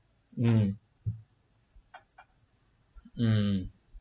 mm mm